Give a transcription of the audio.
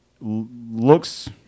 looks